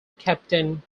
captain